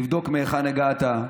לבדוק מהיכן הגעת,